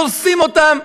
דורסים אותם,